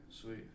sweet